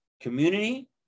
community